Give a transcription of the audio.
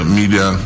media